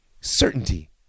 certainty